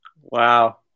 Wow